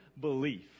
belief